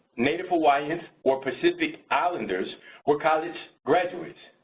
native hawaiians or pacific islanders were college graduates.